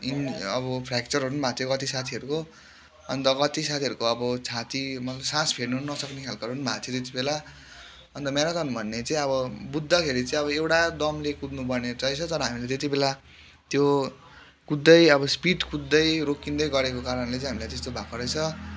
अब फ्राक्चरहरू पनि भएको थियो कति साथीहरूको अन्त कति साथीहरूको अब छातीमा सास फेर्नु नसक्ने खालकोहरू पनि भएको थियो त्यतिबेला अन्त म्याराथन भन्ने चाहिँ अब बुझ्दाखेरि चाहिँ अब एउटा दमले कुद्नु पर्ने रहेछ तर हामीले त्यतिबेला त्यो कुद्दै अब स्पिड कुद्दै रोकिँदै गरेको कारणले चाहिँ हामीलाई त्यस्तो भएको रहेछ